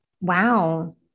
Wow